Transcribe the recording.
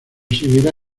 seguirá